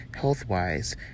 health-wise